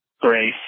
Grace